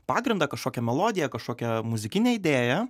pagrindą kažkokią melodiją kažkokią muzikinę idėją